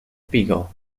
beagle